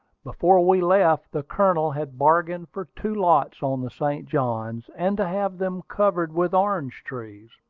before we left, the colonel had bargained for two lots on the st. johns, and to have them covered with orange-trees.